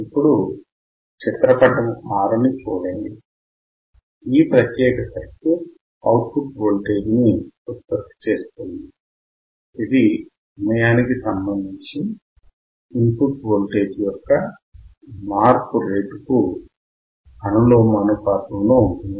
ఇప్పుడు చిత్రపటము 6 ని చూడండి ఈ ప్రత్యేక సర్క్యూట్ వోల్టేజ్ అవుట్ పుట్ను ఉత్పత్తి చేస్తుంది ఇది సమయానికి సంబంధించి ఇన్ పుట్ వోల్టేజ్ యొక్క మార్పు రేటుకు అనులోమానుపాతంలో ఉంటుంది